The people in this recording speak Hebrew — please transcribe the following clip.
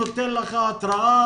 נותן לך התראה,